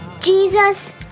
Jesus